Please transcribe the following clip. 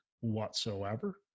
whatsoever